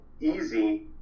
easy